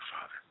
Father